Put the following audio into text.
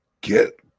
get